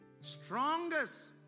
strongest